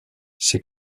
ses